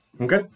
Okay